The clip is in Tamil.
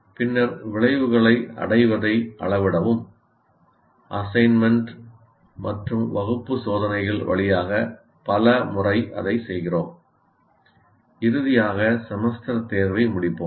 பின்னர் விளைவுகளை அடைவதை அளவிடவும் அசைன்மென்ட் மற்றும் வகுப்பு சோதனைகள் வழியாக பல முறை அதைச் செய்கிறோம் இறுதியாக செமஸ்டர் தேர்வை முடிப்போம்